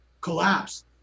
collapse